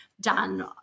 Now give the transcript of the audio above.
done